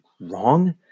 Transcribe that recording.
wrong